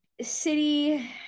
City